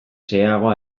xeheago